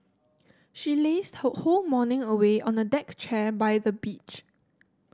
she lazed her whole morning away on a deck chair by the beach